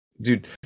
dude